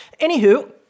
Anywho